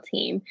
Team